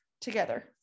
together